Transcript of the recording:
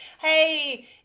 Hey